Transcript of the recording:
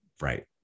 right